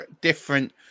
different